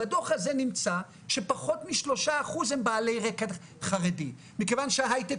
בדוח הזה נמצא שפחות מ-3% הם בעלי רקע חרדי מכיוון שהיי טק